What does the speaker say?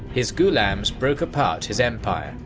his ghulams broke apart his empire,